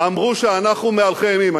אמרו שאנחנו מהלכי אימים.